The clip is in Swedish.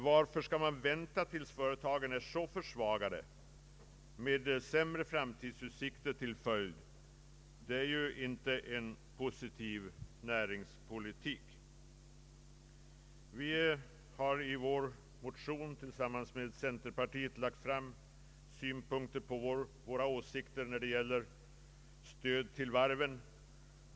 Varför skall man vänta tills företagen är så försvagade med sämre framtidsutsikter som följd? Det är inte en positiv näringspolitik. Vi har i en motion tillsammans med centerpartiet lagt fram våra synpunkter på stödet till varven.